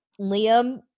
Liam